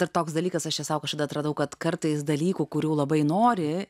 ir toks dalykas aš esu kažkada atradau kad kartais dalykų kurių labai nori